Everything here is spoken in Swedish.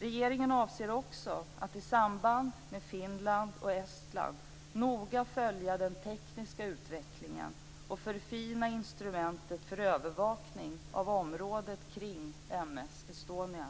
Regeringen avser också att i samråd med Finland och Estland noga följa den tekniska utvecklingen och förfina instrumentet för övervakning av området kring M/S Estonia.